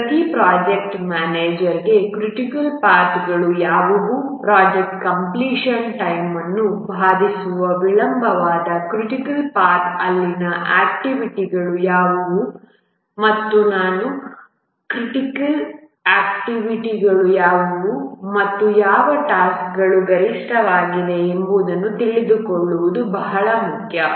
ಆದ್ದರಿಂದ ಪ್ರತಿ ಪ್ರೊಜೆಕ್ಟ್ ಮ್ಯಾನೇಜರ್ಗೆ ಕ್ರಿಟಿಕಲ್ ಪಾಥ್ಗಳು ಯಾವುವು ಪ್ರಾಜೆಕ್ಟ್ ಕಂಪ್ಲೀಷನ್ ಟೈಮ್ವನ್ನು ಬಾಧಿಸದೆ ವಿಳಂಬವಾಗದ ಕ್ರಿಟಿಕಲ್ ಪಾಥ್ ಅಲ್ಲಿನ ಆಕ್ಟಿವಿಟಿಗಳು ಯಾವುವು ಮತ್ತು ನಾನ್ ಕ್ರಿಟಿಕಲ್ ಆಕ್ಟಿವಿಟಿಗಳು ಯಾವುವು ಮತ್ತು ಯಾವ ಟಾಸ್ಕ್ಗಳು ಗರಿಷ್ಠವಾಗಿವೆ ಎಂಬುದನ್ನು ತಿಳಿದುಕೊಳ್ಳುವುದು ಬಹಳ ಮುಖ್ಯ